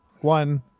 One